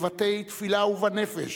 בבתי-תפילה ובנפש,